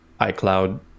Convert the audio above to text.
iCloud